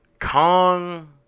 kong